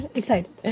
excited